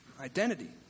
Identity